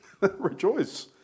Rejoice